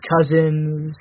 Cousins